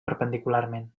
perpendicularment